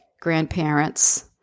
grandparents